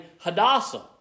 Hadassah